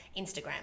Instagram